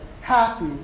happy